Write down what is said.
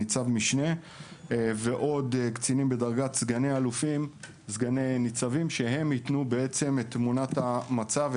ועוד קצינים בדרגת סגן ניצב שיתנו את תמונת המצב,